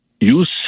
use